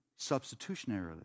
substitutionarily